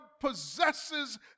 possesses